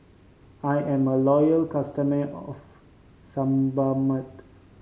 I am a loyal customer of Sebamed